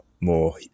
more